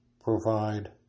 provide